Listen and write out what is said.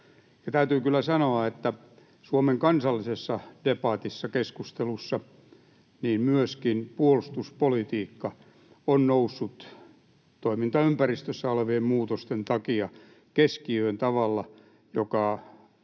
täytyy kyllä sanoa, että myöskin Suomen kansallisessa debatissa, keskustelussa, puolustuspolitiikka on noussut toimintaympäristössä olevien muutosten takia keskiöön tavalla, joka